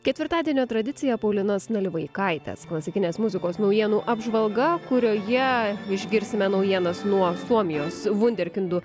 ketvirtadienio tradicija paulinos nalivaikaitės klasikinės muzikos naujienų apžvalga kurioje išgirsime naujienas nuo suomijos vunderkindu